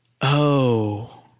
Oh